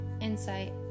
insight